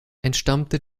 entstammte